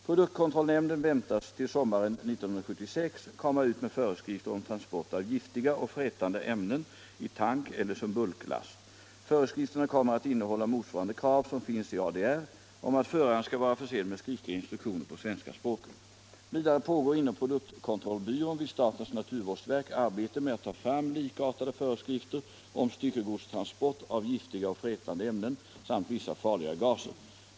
Produktkontrollnämnden väntas till sommaren 1976 komma ut med föreskrifter om transport av giftiga och frätande ämnen i tank eller som bulklast. Föreskrifterna kommer att innehålla motsvarande krav som finns i ADR om att föraren skall vara försedd med skriftliga instruktioner på svenska språket. Vidare pågår inom produktkontrollbyrån vid statens naturvårdsverk arbete med att ta fram likartade föreskrifter om styckegodstransport av giftiga och frätande ämnen samt vissa farliga gaser.